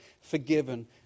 forgiven